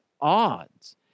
odds